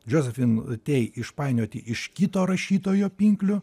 josephine tey išpainioti iš kito rašytojo pinklių